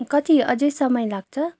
कति अझ समय लाग्छ